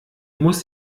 muss